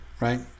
right